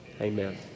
Amen